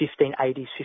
1580s